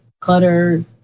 clutter